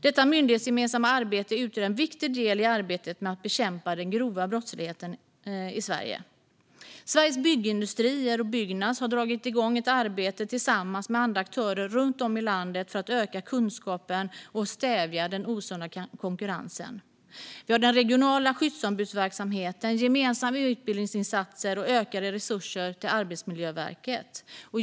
Detta myndighetsgemensamma arbete utgör en viktig del i arbetet med att bekämpa den grova brottsligheten i Sverige. Sveriges Byggindustrier och Byggnads har dragit igång ett arbete tillsammans med andra aktörer runt om i landet för att öka kunskapen och stävja den osunda konkurrensen. Vi har också den regionala skyddsombudsverksamheten, gemensamma utbildningsinsatser och ökade resurser till Arbetsmiljöverket.